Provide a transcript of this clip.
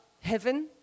heaven